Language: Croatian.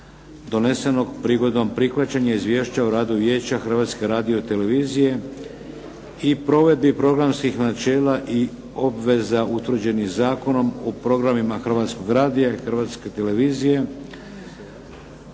donesenog prigodom prihvaćanja Izvješća o radu Vijeća Hrvatske radio-televizije i provedbi programskih načela i obveza utvrđenih zakonom u programima Hrvatskog radija i Hrvatske televizije